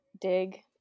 dig